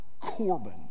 Corbin